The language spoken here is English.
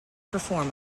perform